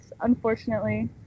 unfortunately